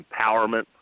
empowerment